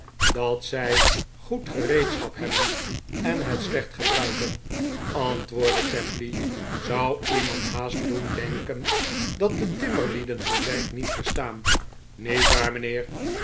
dat zij goed gereedschap hebben en het slecht gebruiken antwoordde tapley zou iemand haast doen denken dat de timmerlieden hun werk niet verstaan niet waar mijnheer